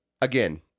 again